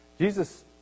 Jesus